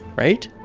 right?